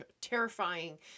terrifying